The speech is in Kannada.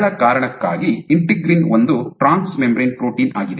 ಸರಳ ಕಾರಣಕ್ಕಾಗಿ ಇಂಟಿಗ್ರಿನ್ ಒಂದು ಟ್ರಾನ್ಸ್ ಮೆಂಬರೇನ್ ಪ್ರೋಟೀನ್ ಆಗಿದೆ